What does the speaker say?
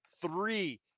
three